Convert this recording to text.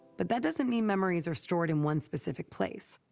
but that doesn't mean memories are stored in one specific place,